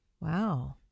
Wow